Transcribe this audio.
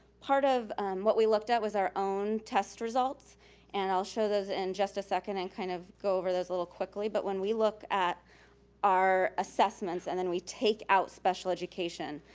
part of what we looked at was our own test results and i'll show those in just a second and kind of go over those a little quickly, but when we look at our assessments and then we take out special education,